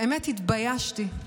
באמת התביישתי,